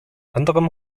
anderem